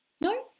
No